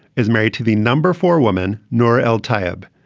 is married to the number four woman, noor el taieb.